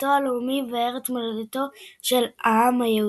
ביתו הלאומי וארץ מולדתו של העם היהודי.